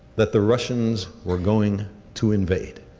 that the russians were going to invade?